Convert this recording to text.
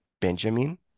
Benjamin